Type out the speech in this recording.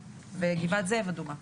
וגבעת זאב אדומה.